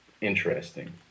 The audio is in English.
interesting